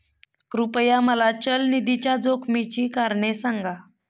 कृपया मला चल निधीच्या जोखमीची कारणे सांगा